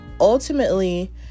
ultimately